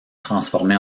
transformé